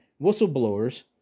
whistleblowers